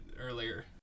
Earlier